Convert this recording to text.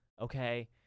okay